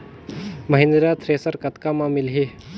Mahindra thresher कतका म मिलही?